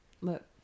look